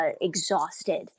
exhausted